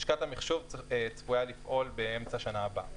לשכת המחשוב צפויה לפעול באמצע השנה הבאה.